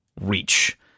reach